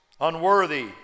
unworthy